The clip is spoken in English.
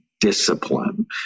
discipline